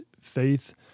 faith